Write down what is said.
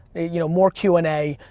you know, more q and a,